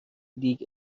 لیگ